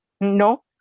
No